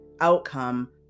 outcome